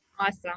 Awesome